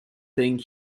think